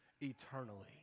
eternally